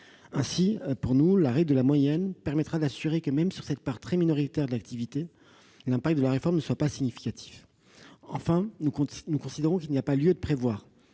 À nos yeux, la règle de la moyenne permettra de nous assurer que, même sur cette part très minoritaire de l'activité, l'impact de la réforme n'est pas significatif. Enfin, nous considérons qu'il n'y a pas lieu de prévoir